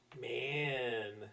Man